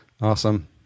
awesome